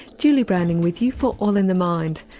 julie browning with you for all in the mind.